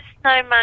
Snowman